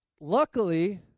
Luckily